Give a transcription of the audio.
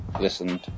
listened